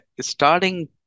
starting